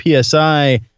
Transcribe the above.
psi